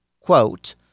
quote